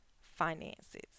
finances